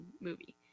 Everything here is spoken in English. movie